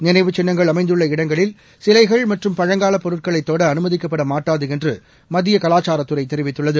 நினைவுச் சின்னங்கள் அமைந்துள்ள இடங்களில் சிலைகள் மற்றும் பழங்காலப் பொருட்களை தொட அனுமதிக்கப்படமாட்டாது என்று மத்திய கலாச்சாரத் துறை தெரிவித்துள்ளது